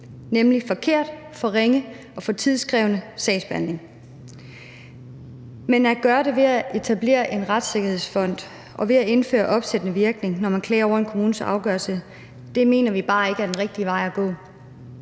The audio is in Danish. nemlig forkert, for ringe og for tidskrævende sagsbehandling. Men at gøre det ved at etablere en retssikkerhedsfond og ved at indføre opsættende virkning, når man klager over en kommunes afgørelse, mener vi bare ikke er den rigtige vej at gå.